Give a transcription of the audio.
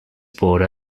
border